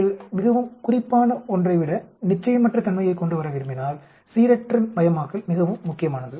நீங்கள் மிகவும் குறிப்பான ஒன்றை விட நிச்சயமற்ற தன்மையைக் கொண்டுவர விரும்பினால் சீரற்றமயமாக்கல் மிகவும் முக்கியமானது